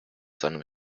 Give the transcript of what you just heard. seinem